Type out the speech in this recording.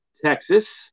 Texas